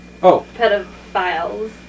pedophiles